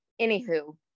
Anywho